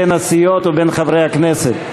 בין הסיעות ובין חברי הכנסת.